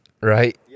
right